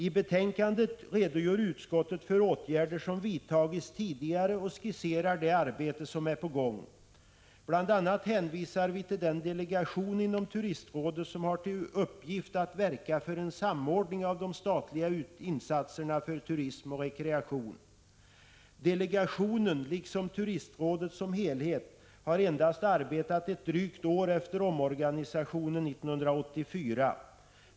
I betänkandet redogör utskottet för åtgärder som vidtagits tidigare och skisserar det arbete som är på gång. Bl. a. hänvisar vi till den delegation inom turistrådet som har till uppgift att verka för en samordning av de statliga insatserna för turism och rekreation. Delegationen liksom turistrådet som helhet har endast arbetat ett drygt år efter omorganisationen 1984.